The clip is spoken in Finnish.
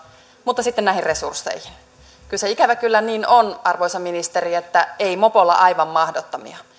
mutta sitten näihin resursseihin kyllä se ikävä kyllä niin on arvoisa ministeri että ei mopolla aivan mahdottomia